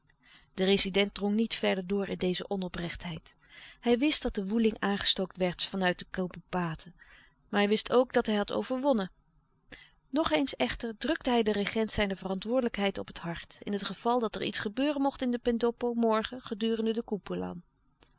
de rezident drong niet verder door in deze onoprechtheid hij wist dat de woeling aangestookt werd van uit de kaboepaten maar hij wist ook dat hij had overwonnen nog eens echter drukte hij den regent zijne verantwoordelijkheid op het hart in het geval dat er iets gebeuren mocht in de pendoppo morgen gedurende de koempoelan